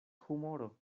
humoro